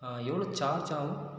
எவ்வளோ சார்ஜ் ஆகும்